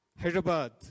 Hyderabad